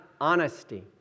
honesty